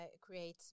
create